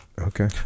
okay